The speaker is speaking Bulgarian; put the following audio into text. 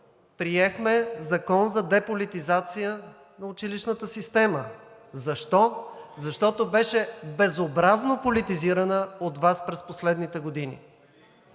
приехме Закон за деполитизация на училищната система. Защо? Защото беше безобразно политизирана от Вас през последните години.